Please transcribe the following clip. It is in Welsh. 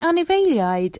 anifeiliaid